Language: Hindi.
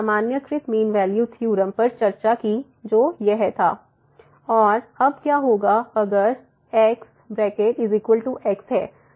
तो हमने सामान्यीकृत मीन वैल्यू थ्योरम पर चर्चा की जो यह था fb fgb gfcgc और अब क्या होगा अगर x है